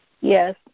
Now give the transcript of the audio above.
Yes